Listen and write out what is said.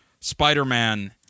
Spider-Man